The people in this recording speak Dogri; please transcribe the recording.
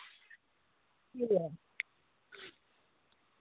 ठीक